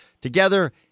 together